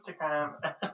Instagram